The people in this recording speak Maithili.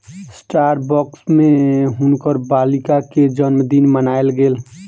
स्टारबक्स में हुनकर बालिका के जनमदिन मनायल गेल